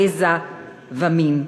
גזע ומין".